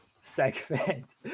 segment